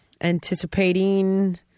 anticipating